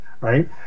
right